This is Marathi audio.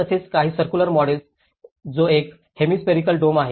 तसेच काही सर्क्युलर मॉडेल्स जो एक हेमिस्पेरिकेल डोम आहे